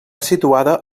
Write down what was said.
situada